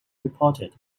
reported